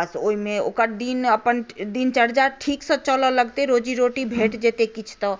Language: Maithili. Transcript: बस ओहिमे ओकर दिन अपन दिनचर्या ठीकसँ चलय लगतै रोजी रोटी भेट जेतै किछु तऽ